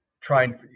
trying